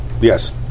yes